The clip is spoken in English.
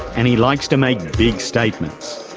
and he likes to make big statements.